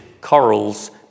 corals